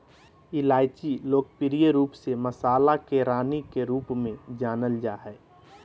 इलायची लोकप्रिय रूप से मसाला के रानी के रूप में जानल जा हइ